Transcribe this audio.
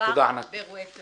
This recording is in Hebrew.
כשמדובר באירועי טרור.